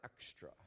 extra